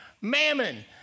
mammon